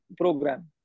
program